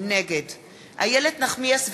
נגד איילת נחמיאס ורבין,